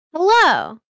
Hello